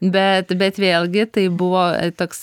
bet bet vėlgi tai buvo toks